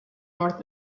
north